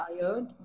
tired